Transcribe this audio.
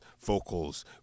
vocals